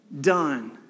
done